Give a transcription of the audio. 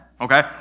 Okay